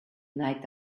night